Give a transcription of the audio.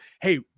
hey –